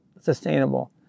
sustainable